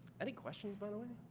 any questions, by the way?